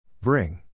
Bring